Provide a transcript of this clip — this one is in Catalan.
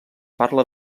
parla